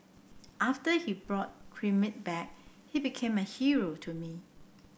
after he brought Crimea back he became a hero to me